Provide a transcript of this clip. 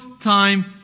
time